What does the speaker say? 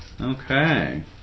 Okay